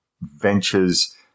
ventures